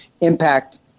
impact